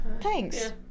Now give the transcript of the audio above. thanks